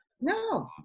No